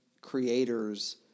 creators